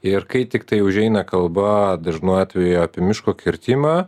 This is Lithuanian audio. ir kai tiktai užeina kalba dažnu atveju apie miško kirtimą